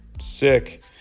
sick